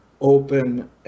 open